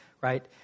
right